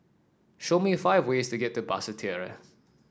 show me five ways to get to Basseterre